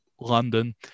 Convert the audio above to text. London